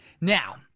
Now